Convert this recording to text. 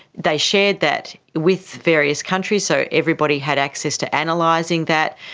they shared that with various countries, so everybody had access to and analysing that.